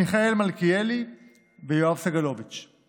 מיכאל מלכיאלי ויואב סגלוביץ';